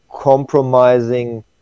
compromising